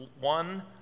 one